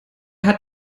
hat